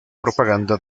propaganda